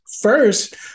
First